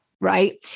Right